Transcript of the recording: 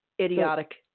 idiotic